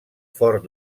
fort